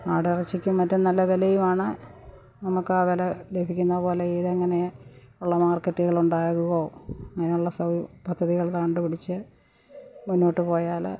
ആട് ഇറച്ചിക്കും മറ്റും നല്ല വിലയുമാണ് നമുക്ക് ആ വില ലഭിക്കുന്നപോലെ ഇതങ്ങനെ ഉള്ള മാർക്കറ്റുകളുണ്ടാകുവോ അതിനുള്ള സൗ പദ്ധതികൾ കണ്ടുപിടിച്ച് മുന്നോട്ട് പോയാല്